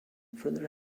further